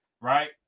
right